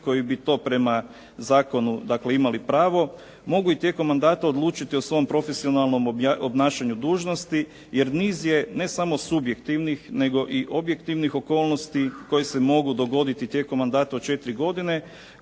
koji bi to prema zakonu dakle imali pravo, mogli tijekom mandata odlučiti o svom profesionalnom obnašanju dužnosti, jer niz je ne samo subjektivnih nego i objektivnih okolnosti koji se mogu dogoditi tijekom mandata od 4 godine